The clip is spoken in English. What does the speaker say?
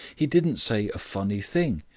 he didn't say a funny thing.